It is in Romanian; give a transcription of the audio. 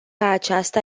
aceasta